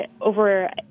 over